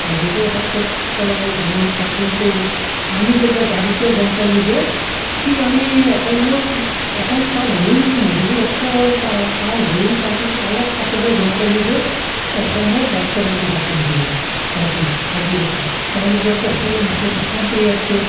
মধুপুৰ সত্ৰৰ পৰা গৈ থাকোতেই আমি তেতিয়া গাড়ীতে গম পালোঁ যে ঠিক আমি অসমত অসম পাৰ হ'লোঁ নেকি মধুপুৰ সত্ৰ পাৰ হৈ তাতে কি অলপ পাছতে গম পালোঁ যে অসমত ৰাষ্ট্ৰপতি শাসন দিলে ৰাতি আজি ৰাতি তাৰমানে তেতিয়া প্ৰফুল্ল মহন্তৰ প্ৰথম পিৰিয়ডটোত